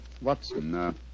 Watson